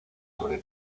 sobre